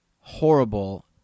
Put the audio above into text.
horrible